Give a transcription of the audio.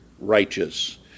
righteous